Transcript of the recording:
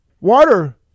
Water